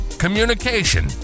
communication